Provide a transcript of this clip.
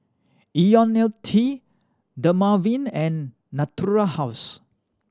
Ionil T Dermaveen and Natura House